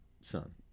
son